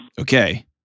Okay